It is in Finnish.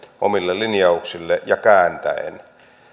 omille linjauksille ja kääntäen